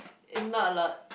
is not a lot